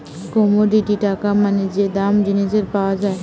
commodity টাকা মানে যে দাম জিনিসের পাওয়া যায়